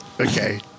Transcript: Okay